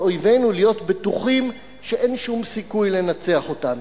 אויבינו להיות בטוחים שאין שום סיכוי לנצח אותו.